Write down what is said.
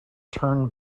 turn